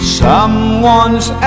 someone's